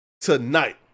tonight